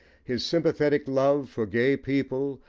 his sympathetic love for gay people,